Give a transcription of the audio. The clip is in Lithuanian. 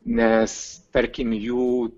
nes tarkim jų